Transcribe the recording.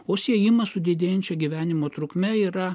o siejimas su didėjančia gyvenimo trukme yra